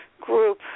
group